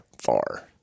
far